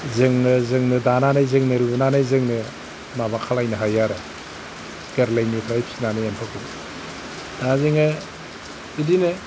जोङो जोंनो दानानै जोंनो लुनानै जोंनो माबा खालामनो हायो आरो गोरलैनिफ्राय फिसिनानै एम्फौखौ दा जोङो बिदिनो